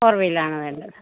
four വീലറാണ് വേണ്ടത്